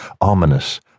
ominous